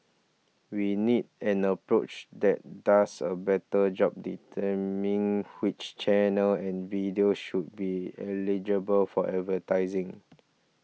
we need an approach that does a better job determining which channels and videos should be eligible for advertising